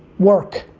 work.